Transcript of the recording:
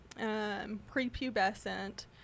prepubescent